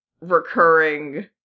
recurring